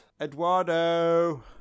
Eduardo